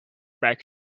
beg